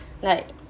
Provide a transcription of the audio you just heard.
like